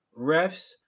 refs